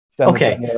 Okay